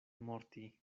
morti